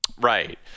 Right